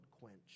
quench